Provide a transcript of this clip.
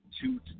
Two